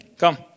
Come